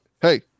Hey